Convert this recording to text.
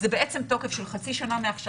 -- זה בעצם תוקף של חצי שנה מעכשיו.